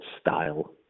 style